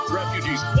refugees